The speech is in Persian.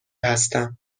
هستم